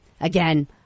again